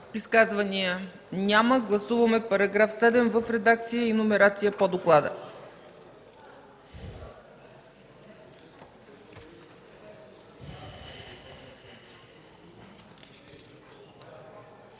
Изказвания? Няма. Гласуваме § 7 в редакция и номерация по доклада.